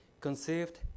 conceived